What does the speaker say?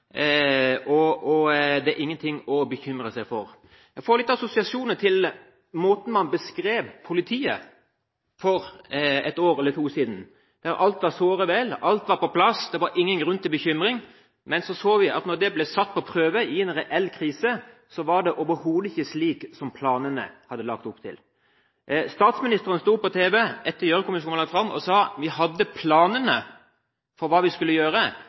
og det er ingen ting å bekymre seg for. Jeg får litt assosiasjoner til måten man beskrev politiet på for et år eller to siden, der alt var såre vel, alt var på plass, det var ingen grunn til bekymring. Men så så vi at da de ble satt på prøve i en reell krise, var det overhodet ikke slik som planene hadde lagt opp til. Statsministeren sto på tv etter at Gjørv-kommisjonens innstilling var lagt fram og sa: Vi hadde planene for hva vi skulle gjøre,